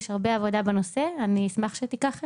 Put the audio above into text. יש הרבה עבודה בנושא, אני אשמח שתיקח חלק.